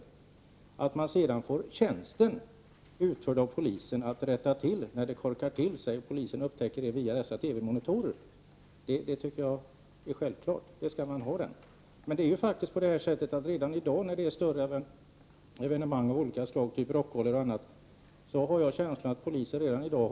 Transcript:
Jag tycker att det är självklart att polisen, då man via TV-monitorer upptäcker att kommunikationerna korkar igen, utför tjänsten att rätta till det hela. Jag har en känsla av Prot. 1988/89:111 att polisen redan i dag vid större evenemang, exempelvis rockgalor och annat, har rätt att ta extra betalt för detta.